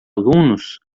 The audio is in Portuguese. alunos